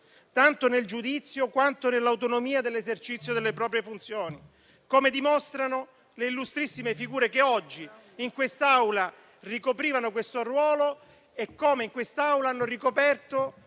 tanto nel giudizio quanto nell'autonomia dell'esercizio delle proprie funzioni, come dimostrano le illustrissime figure che oggi in quest'Aula ricoprono questo ruolo, che lo hanno ricoperto